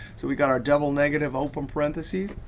so we've got our double negative, open parentheses,